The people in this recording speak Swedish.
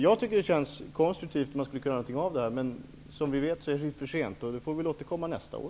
Jag tycker att det känns som vi skulle kunna göra något konstruktivt, men som vi vet är det litet för sent, och vi får väl återkomma nästa år.